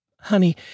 Honey